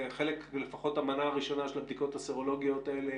לפחות המנה הראשונה של הבדיקות הסרולוגיות האלה